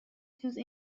those